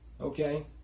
Okay